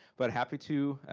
but happy to,